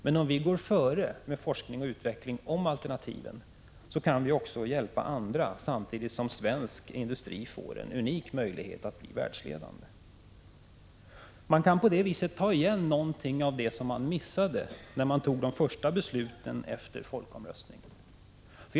Men om vi går före med forskning och utveckling när det gäller alternativen, så kan vi också hjälpa andra samtidigt som svensk industri får en unik möjlighet att bli världsledande. Man kan på det viset ta igen något av det som man missade när man fattade de första besluten efter folkomröstningen.